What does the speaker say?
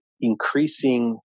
increasing